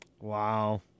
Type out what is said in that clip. Wow